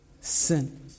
sin